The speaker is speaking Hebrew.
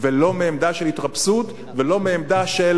ולא מעמדה של התרפסות ולא מעמדה של